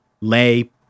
lay